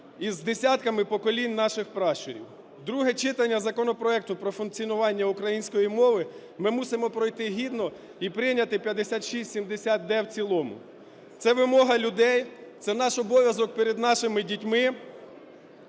із десятками поколінь наших пращурів. Друге читання законопроекту про функціонування української мови ми мусимо пройти гідно і прийняти 5670-д в цілому. Це вимога людей, це наш обов'язок перед нашими дітьми